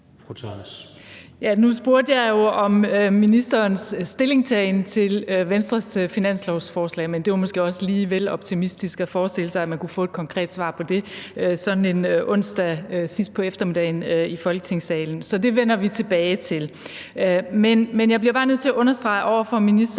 Nu spurgte jeg jo om ministerens stillingtagen til Venstres finanslovsforslag, men det var måske også lige vel optimistisk at forestille sig, at man kunne få et konkret svar på det sådan sidst på eftermiddagen en onsdag i Folketingssalen. Så det vender vi tilbage til. Men jeg bliver bare nødt til at understrege over for ministeren,